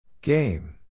Game